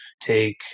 take